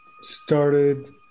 started